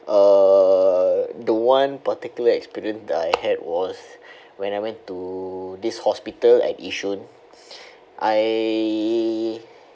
uh the one particular experience that I had was when I went to this hospital at yishun I